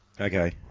Okay